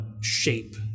shape